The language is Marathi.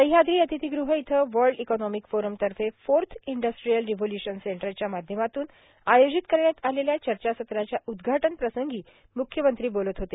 सहयाद्री अतिथीगृह इथं वर्ल्ड इकॉनॉमिक फोरमतर्फे फोर्थ इंडस्ट्रियल रिव्होल्य्शन सेंटरच्या माध्यमातून आयोजित करण्यात आलेल्या चर्चासत्राच्या उद्घाटन प्रसंगी म्ख्यमंत्री बोलत होते